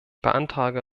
beantrage